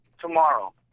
tomorrow